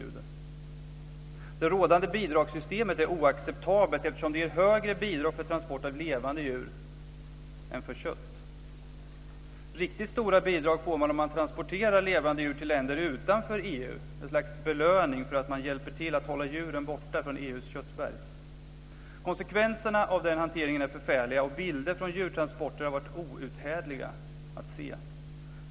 Det rådande bidragssystemet är oacceptabelt eftersom det ger större bidrag för transport av levande djur än för kött. Riktig stora bidrag får man om man transporterar levande djur till länder utanför EU. Det är en slags belöning för att man hjälper till att hålla djuren borta från EU:s köttberg. Konsekvenserna av den hanteringen är förfärliga. Bilder från djurtransporter har varit outhärdliga att se.